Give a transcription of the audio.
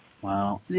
Wow